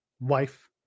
wife